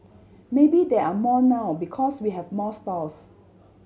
maybe there are more now because we have more stalls